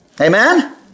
Amen